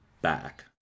Back